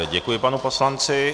Děkuji panu poslanci.